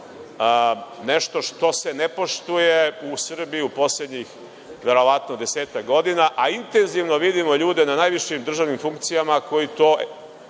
nešto što se ne poštuje u Srbiji poslednjih verovatno desetak godina. Intenzivno vidimo ljude na najvišim državnim funkcijama koji to